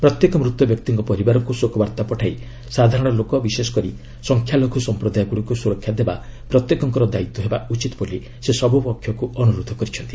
ପ୍ରତ୍ୟେକ ମୃତବ୍ୟକ୍ତିଙ୍କ ପରିବାରକୁ ଶୋକବାର୍ତ୍ତା ପଠାଇ ସାଧାରଣ ଲୋକ ବିଶେଷକରି ସଂଖ୍ୟାଲଘ୍ର ସମ୍ପ୍ରଦାୟଗୁଡ଼ିକୁ ସୁରକ୍ଷା ଦେବା ପ୍ରତ୍ୟେକଙ୍କ ଦାୟିତ୍ୱ ହେବା ଉଚିତ ବୋଲି ସେ ସବୁ ପକ୍ଷକୁ ଅନୁରୋଧ କରିଛନ୍ତି